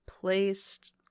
placed